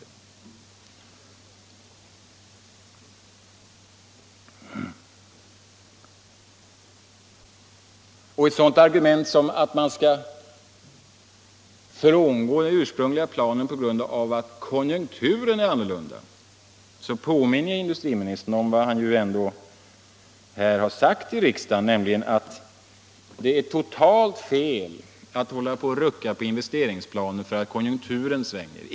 När det gäller ett sådant argument som att man skall frångå den ursprungliga planen på grund av att konjunkturen är annorlunda påminner jag industriministern om vad han ju ändå har sagt här i riksdagen, nämligen att det är totalt fel att hålla på och rucka på investeringsplanen därför att konjunkturen svänger.